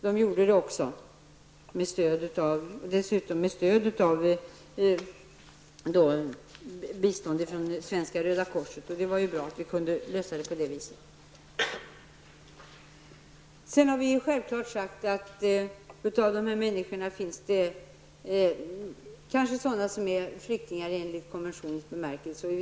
Det gjorde man också, bl.a. med bistånd från svenska Röda korset. Jag anser att det var bra att saken kunde lösas på det sättet. Vi har emellertid sagt oss att det bland dessa människor kan finnas sådana som är flyktingar i konventionens bemärkelse.